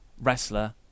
wrestler